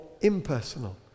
impersonal